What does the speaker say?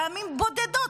פעמים בודדות,